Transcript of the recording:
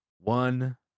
one